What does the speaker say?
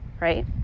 right